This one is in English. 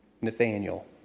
Nathaniel